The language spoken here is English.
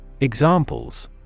Examples